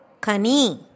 Kani